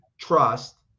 trust